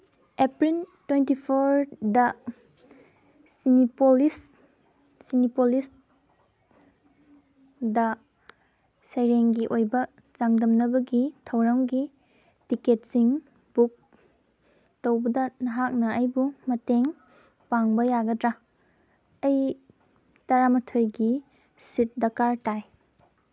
April twenty ꯐꯣꯔꯗ ꯆꯤꯅꯤꯄꯣꯂꯤꯁ ꯆꯤꯅꯤꯄꯣꯂꯤꯁꯗ ꯁꯩꯔꯦꯡꯒꯤ ꯑꯣꯏꯕ ꯆꯥꯡꯗꯝꯅꯕꯒꯤ ꯊꯧꯔꯝꯒꯤ ꯇꯤꯀꯦꯠꯁꯤꯡ ꯕꯨꯛ ꯇꯧꯕꯗ ꯅꯍꯥꯛꯅ ꯑꯩꯕꯨ ꯃꯇꯦꯡ ꯄꯥꯡꯕ ꯌꯥꯒꯗ꯭ꯔꯥ ꯑꯩ ꯇꯔꯥꯃꯥꯊꯣꯏꯒꯤ ꯁꯤꯠ ꯗꯔꯀꯥꯔ ꯇꯥꯏ